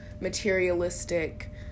materialistic